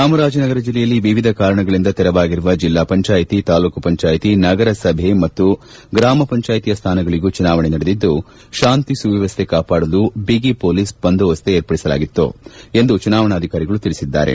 ಜಾಮರಾಜನಗರ ಜಿಲ್ಲೆಯಲ್ಲಿ ವಿವಿಧ ಕಾರಣಗಳಿಂದ ತೆರವಾಗಿರುವ ಜಿಲ್ಲಾ ಪಂಚಾಯಿತಿ ತಾಲ್ಲೂಕು ಪಂಚಾಯಿತಿ ನಗರಸಭೆ ಮತ್ತು ಗ್ರಾಮ ಪಂಚಾಯಿತಿಯ ಸ್ಥಾನಗಳಿಗೂ ಚುನಾವಣೆ ನಡೆದಿದ್ದು ಶಾಂತಿ ಸುವ್ವವ್ದೆ ಕಾಪಾಡಲು ಬಗಿ ಮೊಲೀಸ್ ಬಂದೋಬಸ್ತ್ ವಿರ್ಪಡಿಸಲಾಗಿತ್ತು ಎಂದು ಚುನಾವಣಾಧಿಕಾರಿಗಳು ತಿಳಿಸಿದ್ದಾರೆ